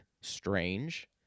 strange